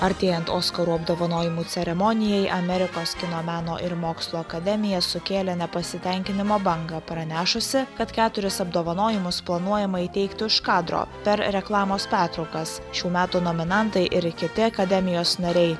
artėjant oskarų apdovanojimų ceremonijai amerikos kino meno ir mokslo akademija sukėlė nepasitenkinimo bangą pranešusi kad keturis apdovanojimus planuojama įteikti už kadro per reklamos pertraukas šių metų nominantai ir kiti akademijos nariai